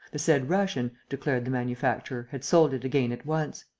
the said russian, declared the manufacturer, had sold it again at once.